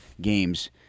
games